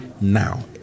now